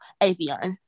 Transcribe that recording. Avion